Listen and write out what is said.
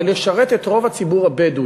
אבל ישרת את רוב הציבור הבדואי.